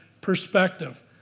perspective